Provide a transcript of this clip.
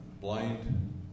blind